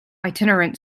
itinerant